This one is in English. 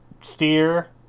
steer